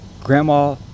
Grandma